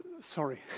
Sorry